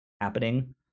happening